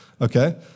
Okay